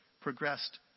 progressed